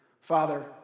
Father